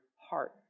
heart